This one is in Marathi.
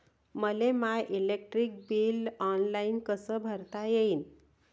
मले माय इलेक्ट्रिक बिल ऑनलाईन कस भरता येईन?